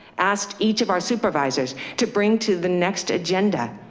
asked each of our supervisors to bring to the next agenda.